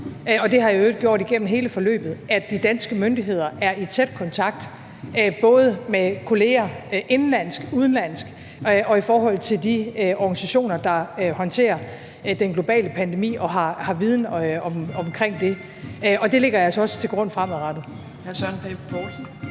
i øvrigt gjort igennem hele forløbet – at de danske myndigheder er i tæt kontakt både med kolleger indenlands og udenlands og i forhold til de organisationer, der håndterer den globale pandemi og har viden om det. Og det lægger jeg altså også til grund fremadrettet.